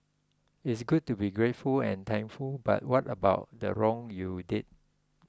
it's good to be grateful and thankful but what about the wrong you did